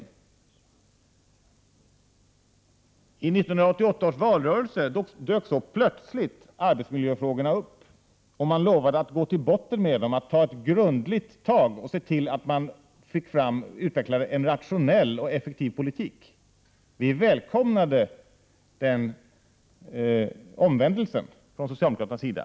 I 1988 års valrörelse dök plötsligt arbetsmiljöfrågorna upp och man lovade att gå till botten med dem och ta ett grundligt tag och se till att utveckla en rationell och effektiv politik. Vi välkomnade den omvändelsen från socialdemokraternas sida.